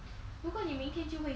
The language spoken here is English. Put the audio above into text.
如果你明天就会死